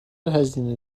هزینه